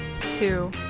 Two